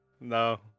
No